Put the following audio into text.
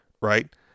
right